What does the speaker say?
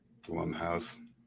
Blumhouse